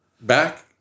back